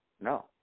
No